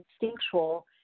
instinctual